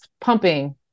pumping